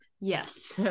Yes